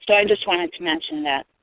so i just wanted to mention that,